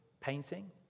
Painting